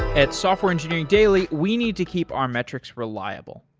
at software engineering daily, we need to keep our metrics reliable.